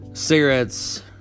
Cigarettes